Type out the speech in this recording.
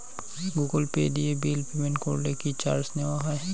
Google Pay দিয়ে bill payment করলে কি চার্জ নেওয়া হয়?